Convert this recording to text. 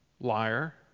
Liar